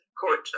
court